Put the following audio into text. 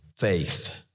faith